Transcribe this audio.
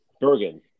Bergen